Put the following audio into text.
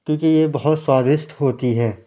کیونکہ یہ بہت سوادسٹ ہوتی ہے